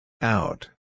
Out